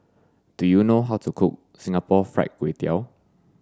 do you know how to cook Singapore fried kway tiao